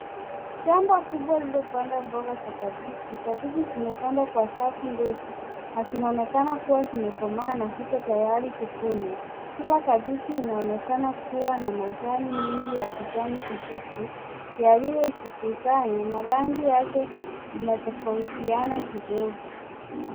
Shamba kubwa lililopandwa mboga za kabichi. Kabichi zimepandwa kwa safu ndefu na zinaonekana kuwa zimekomaa na ziko tayari kuvunwa. Kila kabichi inaonekana kuwa na majani mengi ya kijani kibichi yaliyojikusanya na rangi yake inatofautiana kidogo.